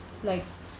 like